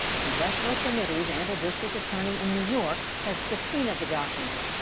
congressional committees and a district attorney in new york have subpoenaed the documents.